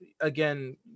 again